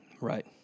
Right